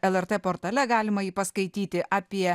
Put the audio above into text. lrt portale galima jį paskaityti apie